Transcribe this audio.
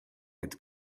had